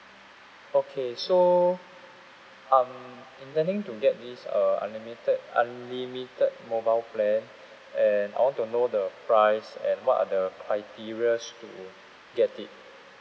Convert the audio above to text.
okay so I'm intending to get this uh unlimited unlimited mobile plan and I want to know the price and what are the criterias to get it